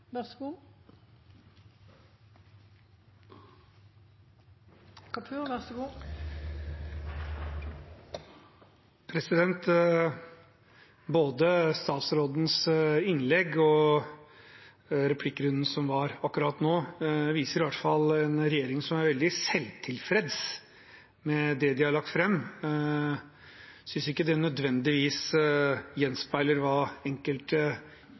Både statsrådens innlegg og replikkrunden som var akkurat nå, viser i hvert fall en regjering som er veldig selvtilfreds med det de har lagt fram. Jeg synes ikke nødvendigvis at det gjenspeiler